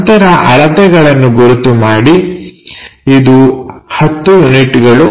ನಂತರ ಅಳತೆಗಳನ್ನು ಗುರುತು ಮಾಡಿ ಇದು 10 ಯೂನಿಟ್ಗಳು